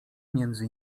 między